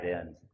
end